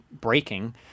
breaking